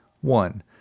One